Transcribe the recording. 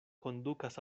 kondukas